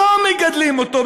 שלא מגדלים אותו,